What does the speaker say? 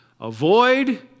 Avoid